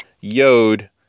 yod